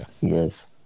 yes